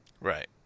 Right